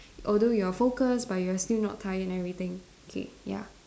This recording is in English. although you are focused but you are still not tired and everything okay ya